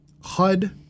HUD